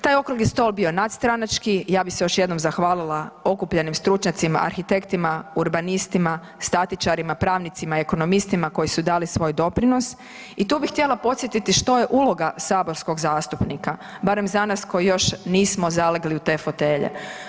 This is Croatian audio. Taj okrugli stol je bio nadstranački i ja bih se još jednom zahvalila okupljenim stručnjacima, arhitektima, urbanistima, statičarima, pravnicima, ekonomistima koji su dali svoj doprinos i tu bih htjela podsjetiti što je uloga saborskog zastupnika, barem za nas koji još nismo zalegli u te fotelje.